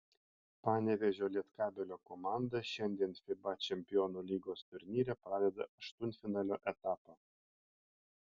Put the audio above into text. panevėžio lietkabelio komanda šiandien fiba čempionų lygos turnyre pradeda aštuntfinalio etapą